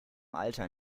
alter